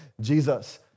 Jesus